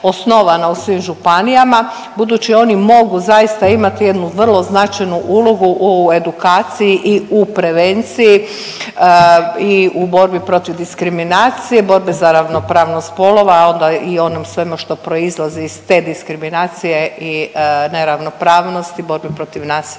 osnovana u svim županijama budući oni mogu zaista imati jednu vrlo značajnu ulogu u edukaciji i u prevenciji i u borbi protiv diskriminacije, borbi za ravnopravnost spolova, a onda i onom svemu što proizlazi iz te diskriminacije i neravnopravnosti, borbe protiv nasilja